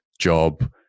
job